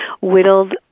whittled